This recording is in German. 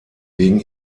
wegen